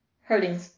hurting